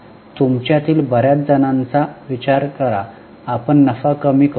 तुमच्या तील बर्याच जणांचा विचार करा आपण नफा कमी करू